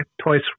twice